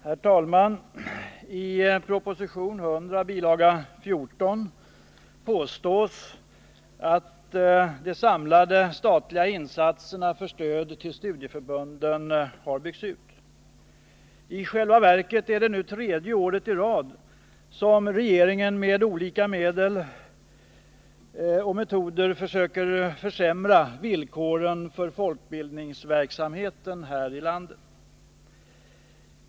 Herr talman! I proposition 100, bil. 14, påstås att de samlade statliga insatserna för stöd till studieförbunden har byggts ut. I själva verket är det nu tredje året i rad som regeringen, med olika metoder, försöker försämra villkoren för folkbildningsverksamheten här i landet.